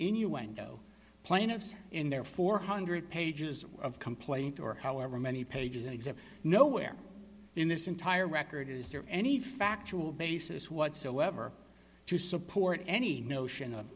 innuendo plaintiffs in their four hundred pages of complaint or however many pages exit nowhere in this entire record is there any factual basis whatsoever to support any notion of